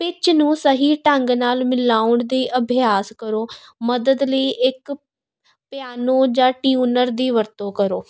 pitch ਨੂੰ ਸਹੀ ਢੰਗ ਨਾਲ ਮਿਲਾਉਣ ਦੀ ਅਭਿਆਸ ਕਰੋ ਮਦਦ ਲਈ ਇੱਕ ਪਿਆਨੋ ਜਾਂ ਟਿਊਨਰ ਦੀ ਵਰਤੋਂ ਕਰੋ